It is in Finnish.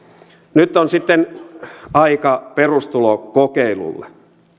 nyt on sitten aika perustulokokeilulle